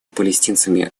палестинцами